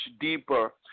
deeper